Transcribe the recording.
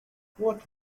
what